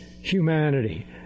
Humanity